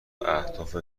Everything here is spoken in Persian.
اهداف